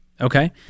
Okay